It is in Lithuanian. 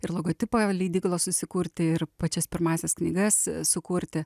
ir logotipą leidyklos susikurti ir pačias pirmąsias knygas sukurti